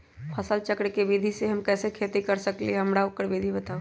फसल चक्र के विधि से हम कैसे खेती कर सकलि ह हमरा ओकर विधि बताउ?